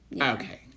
Okay